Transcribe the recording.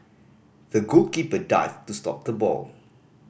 the goalkeeper dived to stop the ball